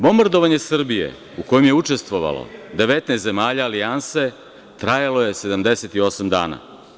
Bombardovanje Srbije, u kojem je učestvovalo 19 zemalja alijanse, trajalo je 78 dana.